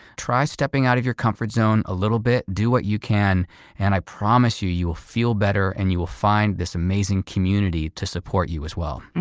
try stepping out of your comfort zone a little bit. do what you can and i promise you, you will feel better and you will find this amazing community to support you as well.